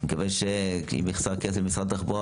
אני מקווה שאם יחסר כסף למשרד התחבורה,